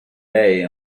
bay